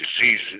diseases